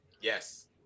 Yes